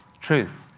truth,